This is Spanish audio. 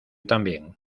también